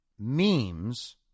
memes